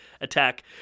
attack